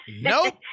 Nope